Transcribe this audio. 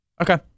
Okay